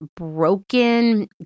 broken